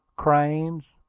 cranes,